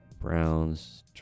Browns